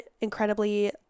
incredibly